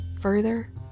further